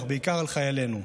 אך בעיקר על חיילינו.